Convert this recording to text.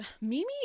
Mimi